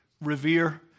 revere